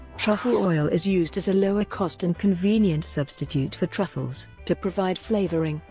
truffle oil is used as a lower-cost and convenient substitute for truffles, to provide flavoring,